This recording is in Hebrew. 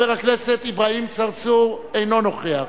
חבר הכנסת אברהים צרצור, אינו נוכח,